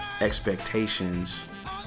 expectations